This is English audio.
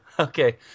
Okay